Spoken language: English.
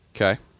Okay